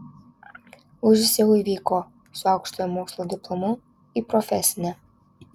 lūžis jau įvyko su aukštojo mokslo diplomu į profesinę